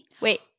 Wait